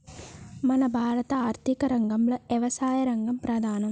మన భారత ఆర్థిక రంగంలో యవసాయ రంగం ప్రధానం